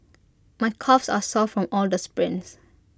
my calves are sore from all the sprints